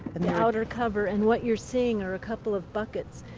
and the outer cover, and what you're seeing are a couple of buckets.